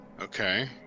Okay